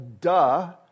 duh